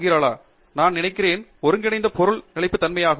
டங்கிராலா நான் நினைக்கிறேன் ஒருங்கிணைந்த பொருள் நிலைப்புத் தன்மையாகும்